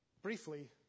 Briefly